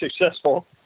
successful